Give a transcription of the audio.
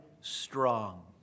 strong